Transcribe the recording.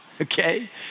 Okay